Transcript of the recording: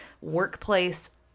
workplace